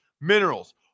minerals